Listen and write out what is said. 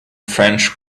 french